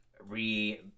re